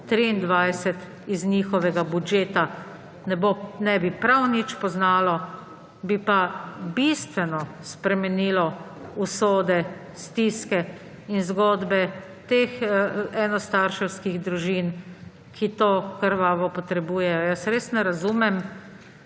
2023 iz njihovega budžeta, ne bi prav nič poznalo, bi pa bistveno spremenilo usode, stiske in zgodbe teh enostarševskih družin, ki to krvavo potrebujejo. Jaz res ne razumem,